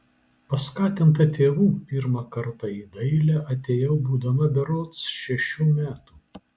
paskatinta tėvų pirmą kartą į dailę atėjau būdama berods šešių metų